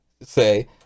say